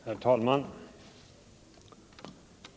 Herr talman!